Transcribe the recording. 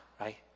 right